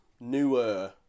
Newer